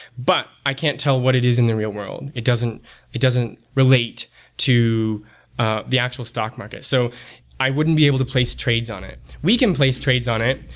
but i can't tell what it is in the real world. it doesn't it doesn't relate to ah the actual stock market. so i wouldn't be able to place trades on it. we can place trades on it,